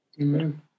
Amen